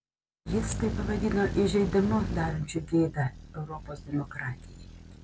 jis tai pavadino įžeidimu darančiu gėdą europos demokratijai